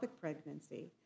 pregnancy